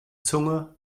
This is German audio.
zunge